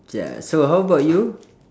ya so how about you